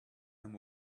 them